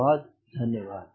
बहुत धन्यवाद